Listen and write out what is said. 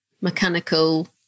mechanical